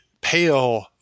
pale